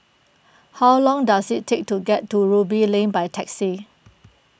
how long does it take to get to Ruby Lane by taxi